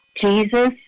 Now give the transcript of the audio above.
Jesus